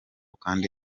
kandi